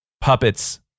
puppets